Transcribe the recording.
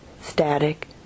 static